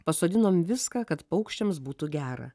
pasodinom viską kad paukščiams būtų gera